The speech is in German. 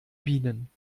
bienen